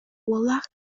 уоллаах